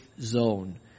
zone